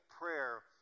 prayer